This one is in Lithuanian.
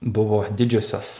buvo didžiosios